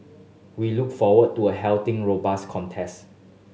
we look forward to a healthy robust contest